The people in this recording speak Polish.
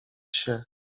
się